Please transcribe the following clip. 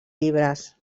llibres